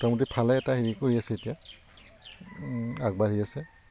মোটামুটি ভালে এটা হেৰি কৰি আছে এতিয়া আগবাঢ়ি আছে